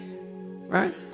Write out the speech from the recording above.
Right